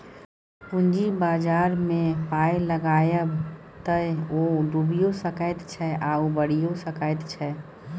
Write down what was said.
पूंजी बाजारमे पाय लगायब तए ओ डुबियो सकैत छै आ उबारियौ सकैत छै